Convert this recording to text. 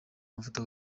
amavuta